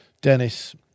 Dennis